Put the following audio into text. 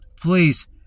Please